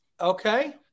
Okay